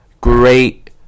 Great